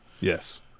yes